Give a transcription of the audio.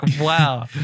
wow